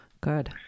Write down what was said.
Good